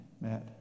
Matt